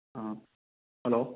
hello